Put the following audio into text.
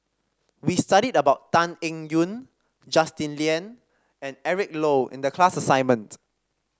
we studied about Tan Eng Yoon Justin Lean and Eric Low in the class assignment